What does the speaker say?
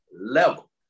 level